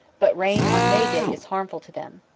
but rain on may day is harmful to them.